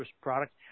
product